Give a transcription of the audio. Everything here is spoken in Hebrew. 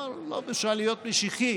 כבר לא בושה להיות משיחי,